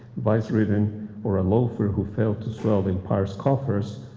vice-ridden or a loafer who failed to swell the empire's coffers,